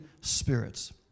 spirits